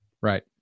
Right